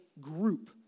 group